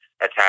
attack